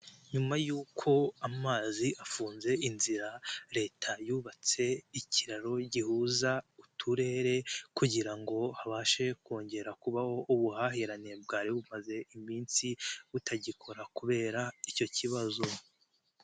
Nyuma y'uko amazi afunze inzira leta yubatse ikiraro gihuza uturere kugira ngo habashe kongera kubaho ubuhahirane bwari bumaze iminsi butagikora kubera icyo kibazo.